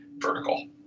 vertical